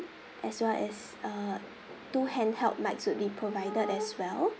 as well as uh two handheld mics would be provided as well